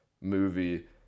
movie